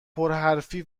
پرحرفی